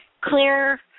clear